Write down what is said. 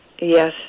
Yes